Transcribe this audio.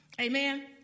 Amen